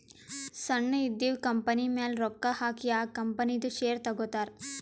ಸಣ್ಣು ಇದ್ದಿವ್ ಕಂಪನಿಮ್ಯಾಲ ರೊಕ್ಕಾ ಹಾಕಿ ಆ ಕಂಪನಿದು ಶೇರ್ ತಗೋತಾರ್